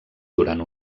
durant